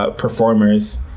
ah performers,